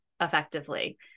effectively